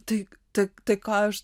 tai tai tai ką aš